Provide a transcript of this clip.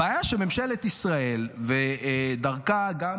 הבעיה היא שממשלת ישראל ודרכה גם